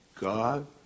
God